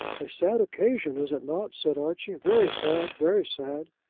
a sad occasion is it not? said archie very sad very sad.